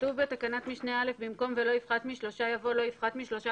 שכתוב בתקנת משנה (א) במקום 'ולא יפחת משלושה' יבוא 'לא יפחת משלושה